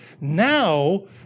now